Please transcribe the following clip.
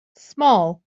small